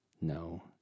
no